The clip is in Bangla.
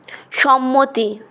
সম্মতি